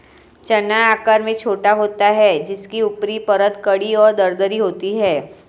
चना आकार में छोटा होता है जिसकी ऊपरी परत कड़ी और दरदरी होती है